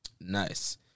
Nice